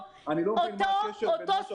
אני לא מבין את הקשר בין מה שאת אומרת למה שאמרתי.